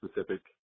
specific